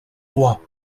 roi